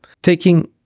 taking